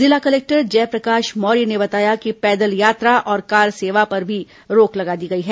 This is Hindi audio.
जिला कलेक्टर जयप्रकाश मौर्य ने बताया कि पैदल यात्रा और कार सेवा पर भी रोक लगा दी गई है